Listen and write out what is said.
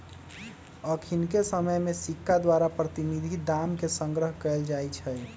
अखनिके समय में सिक्का द्वारा प्रतिनिधि दाम के संग्रह कएल जाइ छइ